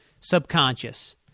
subconscious